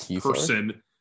person